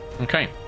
Okay